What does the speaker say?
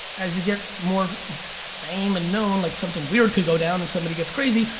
as you get more fame and known, like something weird could go down and somebody gets crazy,